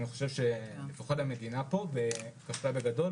המדינה כשלה בגדול.